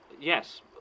Yes